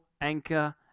anchor